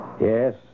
Yes